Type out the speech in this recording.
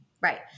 Right